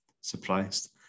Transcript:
surprised